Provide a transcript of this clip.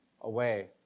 away